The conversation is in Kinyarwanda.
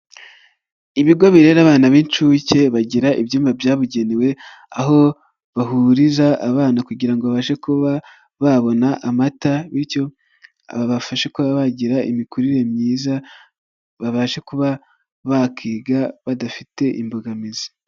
Ibigo birera abana b'inshuke bagira ibyumba byabugenewe, aho bahurira abana kugira ngo babashe kuba babona amata bityo babafashe kuba bagira imikurire myiza, babashe kuba bakiga badafite imbogamizi.